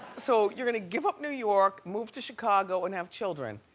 so you're gonna give up new york, move to chicago and have children.